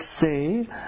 say